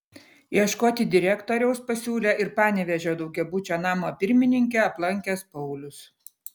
ieškoti direktoriaus pasiūlė ir panevėžio daugiabučio namo pirmininkę aplankęs paulius